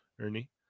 Ernie